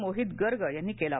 मोहित गर्ग यांनी कलि